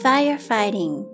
Firefighting